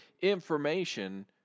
information